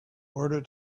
order